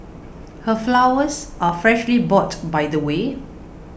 her flowers are freshly bought by the way